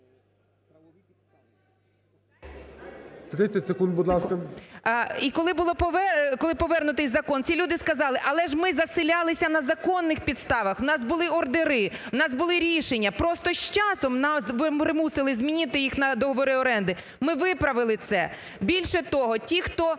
30 секунд, будь ласка. БАБАК А.В. І коли було повернуто закон, ці люди сказали: "Але ж ми заселялися на законних підставах, у нас були ордери, у нас були рішення. Просто з часом нас примусили змінити їх на договори оренди". Ми виправили це. Більше того, ті хто,